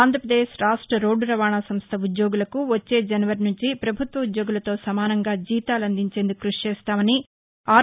ఆంధ్రాపదేశ్ రాష్ట రోడ్లు రవాణా సంస్ల ఉద్యోగులకు వచ్చే జనవరి నుంచి ప్రభుత్వ ఉద్యోగులతో సమానంగా జీతాలు అందించేందుకు కృషిచేస్తామని ఆర్